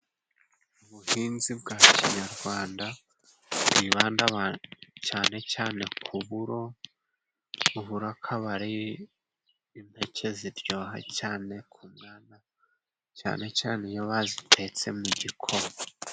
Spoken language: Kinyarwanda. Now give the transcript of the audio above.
Ubuhinzi bwa kinyarwanda bwibanda cyane cyane ku buro, uburo akaba ari impeke ziryoha cyane, cyane cyane iyo bazitetse mu gikoma.